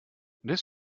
this